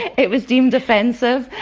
it was deemed offensive.